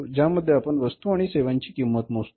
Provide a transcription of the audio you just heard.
ज्या मध्ये आपण वस्तू आणि सेवांची किंमत मोजतो